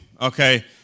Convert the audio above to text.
okay